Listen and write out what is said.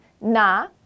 na